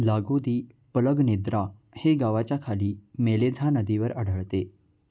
लागोदी पलगनेद्रा हे गावाच्या खाली मेलेझा नदीवर आढळते